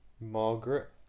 Margaret